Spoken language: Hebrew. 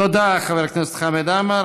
תודה, חבר הכנסת חמד עמאר.